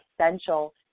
essential